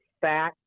fat